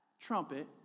trumpet